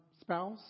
spouse